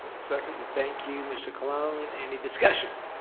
second. thank you mr. cologne, any discussion?